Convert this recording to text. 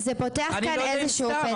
זה פותח איזשהו פתח.